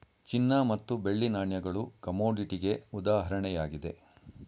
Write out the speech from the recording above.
ಚಿನ್ನ ಮತ್ತು ಬೆಳ್ಳಿ ನಾಣ್ಯಗಳು ಕಮೋಡಿಟಿಗೆ ಉದಾಹರಣೆಯಾಗಿದೆ